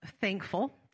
thankful